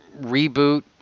reboot